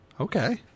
okay